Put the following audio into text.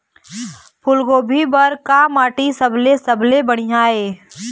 फूलगोभी बर का माटी सबले सबले बढ़िया ये?